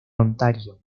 ontario